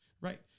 right